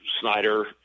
Snyder